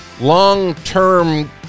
long-term